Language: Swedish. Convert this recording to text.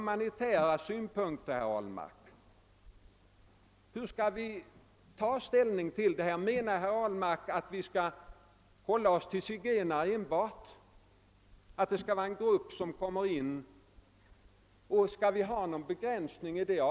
Menar herr Ahlmark att vi skall anlägga humanitära synpunkter enbart när det är fråga om zigenare? Skall det förekomma någon form av begränsning?